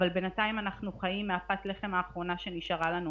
אבל בינתיים אנחנו חיים מהפת לחם האחרונה שנשארה לנו.